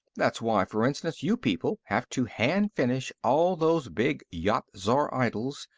that's why, for instance, you people have to hand-finish all those big yat-zar idols,